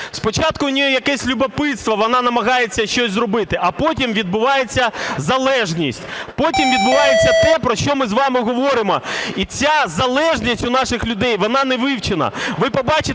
Спочатку у неї якесь любопитство, вона намагається щось зробити, а потім відбувається залежність. Потім відбувається те, про що ми з вами говоримо. І ця залежність у наших людей, вона не вивчена.